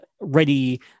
ready